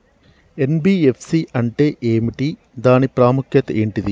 NBFC అంటే ఏమిటి దాని ప్రాముఖ్యత ఏంటిది?